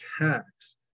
tax